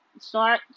Start